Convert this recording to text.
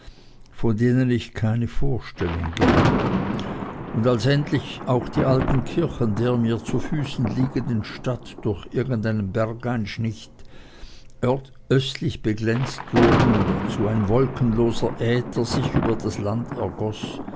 von denen ich keine vorstellung gehabt und als endlich auch die alten kirchen der mir zu füßen liegenden stadt durch irgendeinen bergeinschnitt östlich beglänzt wurden dazu ein wolkenloser äther sich über das land ergoß